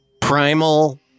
primal